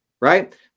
right